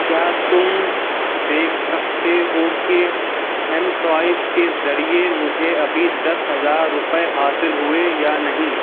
کیا تم دیکھ سکتے ہو کہ ایم سوائپ کے ذریعے مجھے ابھی دس ہزار روپئے حاصل ہوئے یا نہیں